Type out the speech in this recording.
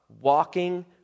walking